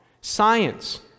Science